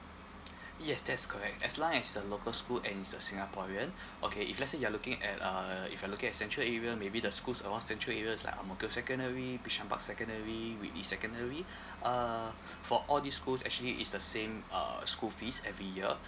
yes that is correct as long as a local school and he's a singaporean okay if let's say you are looking at uh if you're looking at central area maybe the schools around central areas like ang mo kio secondary bishan park secondary whitley secondary uh for all these schools actually it's the same uh school fees every year